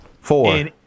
Four